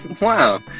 Wow